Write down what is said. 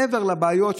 מעבר לבעיות,